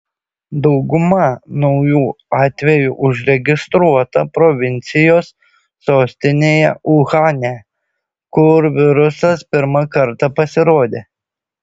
dauguma naujų atvejų užregistruota provincijos sostinėje uhane kur virusas pirmą kartą pasirodė